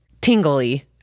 tingly